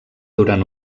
durant